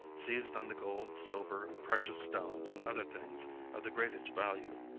seized on the gold, silver, precious stones, and other things of the greatest value,